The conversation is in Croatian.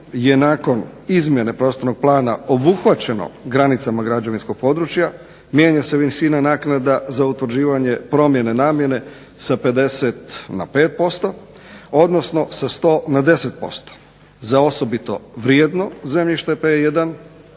je nakon izmjene prostornog plana obuhvaćeno granicama građevinskog područja mijenja se visina naknada za utvrđivanje promjene namjene sa 50 na 5%, odnosno sa 100 na 10% za osobito vrijedno zemljište P1,